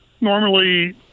Normally